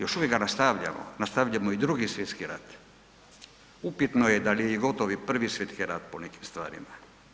Još uvijek ga nastavljamo, nastavljamo i Drugi svjetski rat, upitno je dal je gotov i Prvi svjetski rat po nekim stvarima.